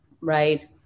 right